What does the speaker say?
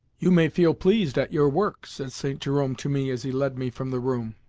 you may feel pleased at your work, said st. jerome to me as he led me from the room.